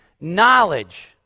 knowledge